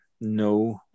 no